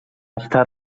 estat